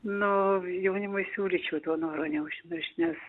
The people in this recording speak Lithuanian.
nu jaunimui siūlyčiau to noro neužmiršt nes